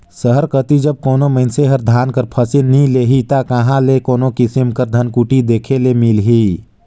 सहर कती जब कोनो मइनसे हर धान कर फसिल नी लेही ता कहां ले कोनो किसिम कर धनकुट्टी देखे ले मिलही